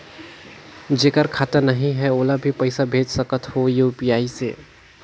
जेकर खाता नहीं है ओला भी पइसा भेज सकत हो यू.पी.आई से?